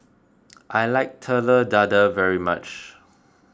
I like Telur Dadah very much